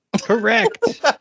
Correct